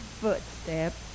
footsteps